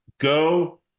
Go